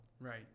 right